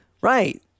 right